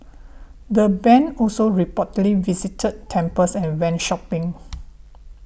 the band also reportedly visited temples and went shopping